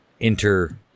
enter